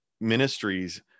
ministries